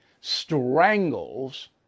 strangles